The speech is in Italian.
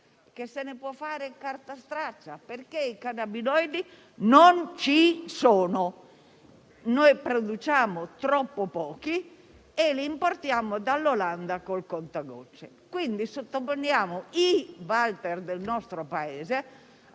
ma se ne può fare carta straccia, perché i cannabinoidi non ci sono. Noi ne produciamo troppo pochi e li importiamo dall'Olanda con il contagocce, quindi sottoponiamo "i Walter" del nostro Paese